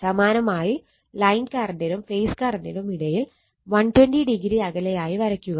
സമാനമായി ലൈൻ കറണ്ടിനും ഫേസ് കറണ്ടിനും ഇടയിൽ 120o അകലെയായി വരക്കുക